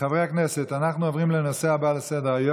חברי הכנסת, אנחנו עוברים לנושא הבא על סדר-היום,